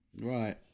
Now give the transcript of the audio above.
right